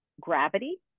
gravity